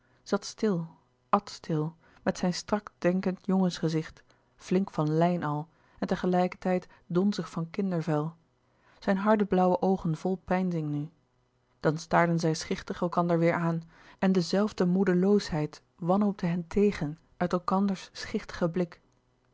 stil at stil met zijn strak denkend jongensgezicht flink van lijn al en tegelijkertijd donzig van kindervel zijn hardblauwe oogen vol peinzing nu dan staarden zij schichtig elkander weêr aan en dezelfde moedeloosheid wanhoopte hen tegen uit elkanders schichtigen blik